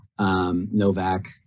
Novak